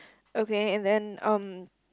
okay and then um